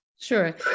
Sure